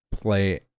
play